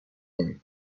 نمی